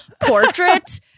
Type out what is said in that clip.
portrait